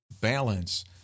balance